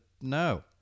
no